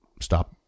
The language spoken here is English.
stop